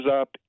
up